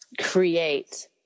create